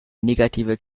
negative